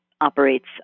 operates